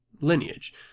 lineage